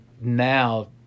now